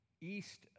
east